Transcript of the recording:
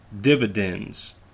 dividends